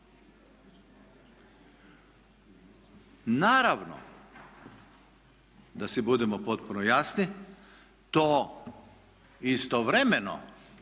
Naravno da si budemo potpuno jasni, to istovremeno